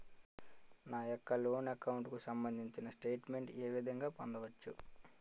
నా యెక్క loan account కు సంబందించిన స్టేట్ మెంట్ ఏ విధంగా పొందవచ్చు?